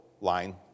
line